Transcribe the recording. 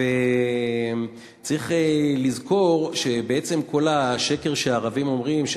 צריך לזכור שבעצם כל השקר שהערבים אומרים,